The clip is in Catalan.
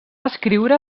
escriure